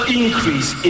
increase